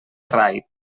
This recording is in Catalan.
raid